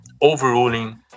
overruling